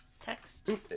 text